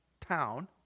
town